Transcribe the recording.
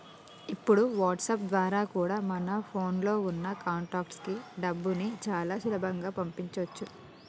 ఇప్పుడు వాట్సాప్ ద్వారా కూడా మన ఫోన్ లో ఉన్న కాంటాక్ట్స్ కి డబ్బుని చాలా సులభంగా పంపించొచ్చు